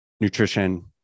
nutrition